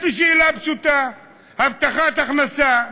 יש לי שאלה פשוטה: הבטחת הכנסה,